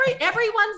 everyone's